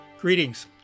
Greetings